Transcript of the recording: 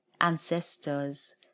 ancestors